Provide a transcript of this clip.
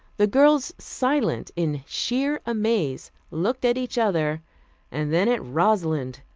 the girls, silent in sheer amaze, looked at each other and then at rosalind,